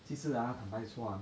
就是 ah 坦白的说 ah